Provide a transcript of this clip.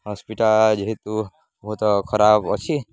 hospital ଯେହେତୁ ବହୁତ ଖରାପ ଅଛି